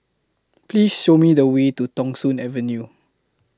Please Show Me The Way to Thong Soon Avenue